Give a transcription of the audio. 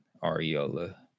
Ariola